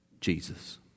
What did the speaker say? Jesus